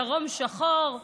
דרום שחור,